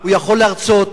הוא יכול להרצות,